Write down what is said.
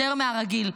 יותר מהרגיל,